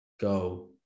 go